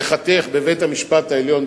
גורלו ייחתך בבית-המשפט העליון,